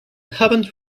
haven’t